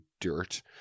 dirt